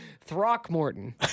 Throckmorton